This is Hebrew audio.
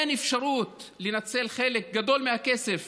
אין אפשרות לנצל חלק גדול מהכסף